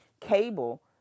cable